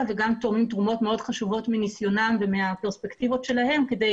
וגם תורמים תרומות מאוד חשובות מניסיונם ומהפרספקטיבות שלהם כדי